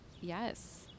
Yes